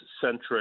centric